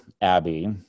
Abbey